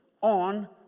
on